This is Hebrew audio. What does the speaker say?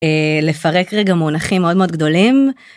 לפרק רגע מונחים מאוד מאוד גדולים.